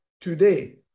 Today